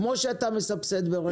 כפי שאתה מסבסד ברכב חדש.